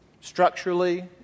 structurally